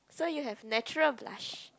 so you have natural blush